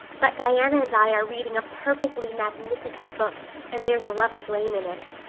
but diana and i are reading a perfectly magnificent book and there's a lover's lane in it.